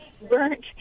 burnt